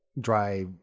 dry